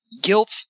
guilt